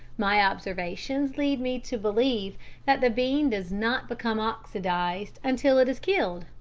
my observations lead me to believe that the bean does not become oxidised until it is killed,